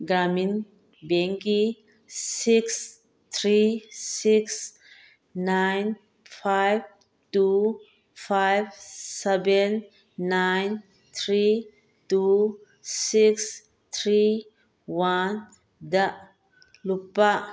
Gramin bank six three six nine five two five seven nine three two six three one ꯂꯨꯄꯥ